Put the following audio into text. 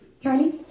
Charlie